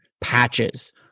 patches